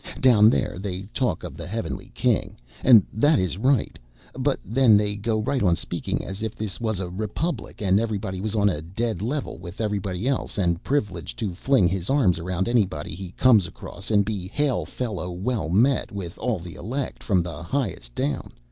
down there they talk of the heavenly king and that is right but then they go right on speaking as if this was a republic and everybody was on a dead level with everybody else, and privileged to fling his arms around anybody he comes across, and be hail-fellow-well-met with all the elect, from the highest down.